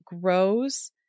grows